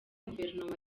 guverinoma